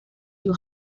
you